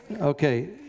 Okay